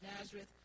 Nazareth